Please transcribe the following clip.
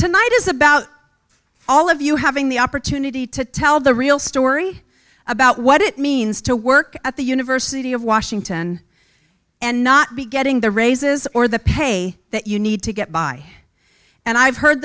tonight is about all of you having the opportunity to tell the real story about what it means to work at the university of washington and not be getting the raises or the pay that you need to get by and i've heard